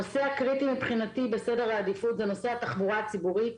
הנושא הקריטי מבחינתי בסדר העדיפות זה נושא התחבורה הציבורית